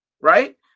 right